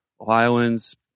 Ohioans